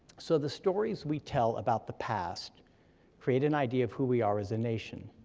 so the stories we tell about the past create an idea of who we are as a nation.